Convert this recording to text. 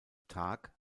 tag